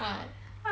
what